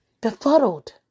befuddled